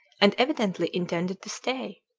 and evidently intended to stay.